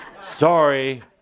sorry